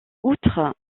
outre